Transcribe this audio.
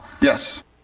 Yes